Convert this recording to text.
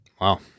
wow